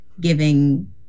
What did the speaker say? giving